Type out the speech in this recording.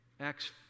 Acts